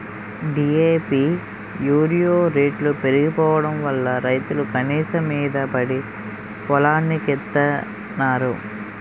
DAP urea రేట్లు పెరిగిపోడంవల్ల రైతులు కసవమీద పడి పొలానికెత్తన్నారు